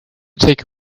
take